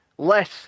less